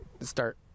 start